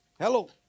Hello